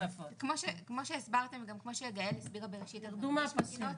כמו שגאל הסבירה, יש מדינות